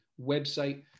website